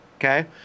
Okay